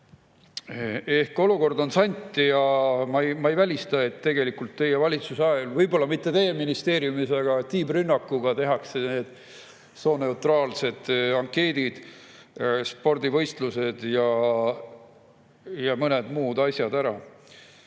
olukord on sant ja ma ei välista, et tegelikult teie valitsuse ajal – võib-olla mitte teie ministeeriumis – tiibrünnakuga tehakse need sooneutraalsed ankeedid, spordivõistlused ja veel mõned muud asjad ära.